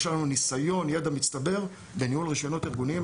יש לנו ניסיון וידע מצטבר בניהול רישיונות ארגוניים.